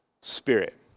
spirit